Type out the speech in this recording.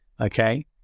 okay